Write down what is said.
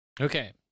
okay